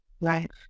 Right